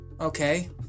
Okay